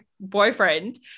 boyfriend